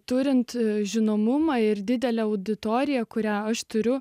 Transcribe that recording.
turint žinomumą ir didelę auditoriją kurią aš turiu